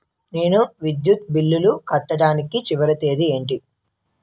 నేను విద్యుత్ బిల్లు కట్టడానికి చివరి తేదీ ఏంటి?